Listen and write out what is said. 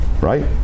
right